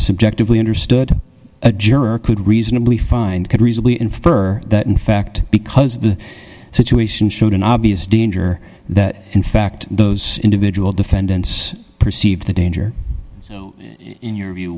subjectively understood a juror could reasonably find could reasonably infer that in fact because the situation showed an obvious danger that in fact those individual defendants perceived the danger in your view